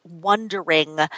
wondering